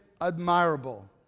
admirable